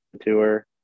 tour